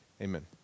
Amen